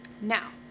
Now